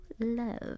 Love